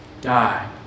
die